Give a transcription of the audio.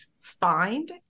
find